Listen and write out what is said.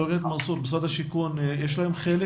מנסור, למשרד השיכון יש חלק?